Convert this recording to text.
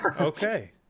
Okay